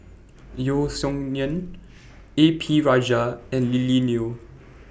Yeo Song Nian A P Rajah and Lily Neo